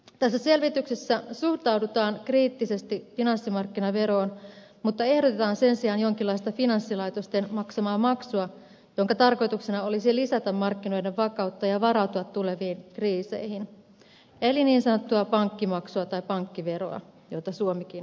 tässä selvityksessä suhtaudutaan kriittisesti finanssimarkkinaveroon mutta ehdotetaan sen sijaan jonkinlaista finanssilaitosten maksamaa maksua jonka tarkoituksena olisi lisätä markkinoiden vakautta ja varautua tuleviin kriiseihin eli niin sanottua pankkimaksua tai pankkiveroa joita suomikin kannattaa